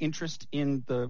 interest in the